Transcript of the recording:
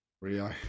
Rio